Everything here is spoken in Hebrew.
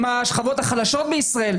עם השכבות החלשות בישראל,